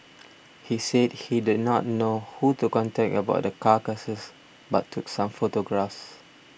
he said he did not know who to contact about the carcasses but took some photographs